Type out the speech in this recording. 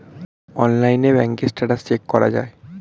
অনলাইনে ব্যাঙ্কের status check করা যায়